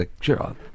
Sure